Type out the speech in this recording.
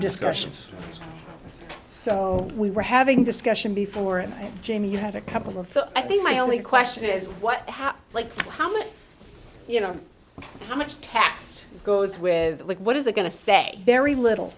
discussions so we were having discussion before and jamie you had a couple of i think my only question is what happens like how much you know how much tax goes with like what is it going to say very little